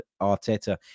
Arteta